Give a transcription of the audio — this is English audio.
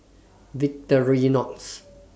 Victorinox